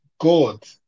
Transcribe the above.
God